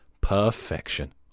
perfection